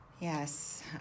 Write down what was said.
Yes